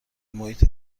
محیط